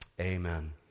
Amen